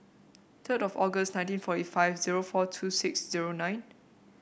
third of August nineteen forty five zero four two six zero nine